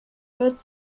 wird